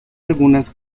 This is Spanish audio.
algunas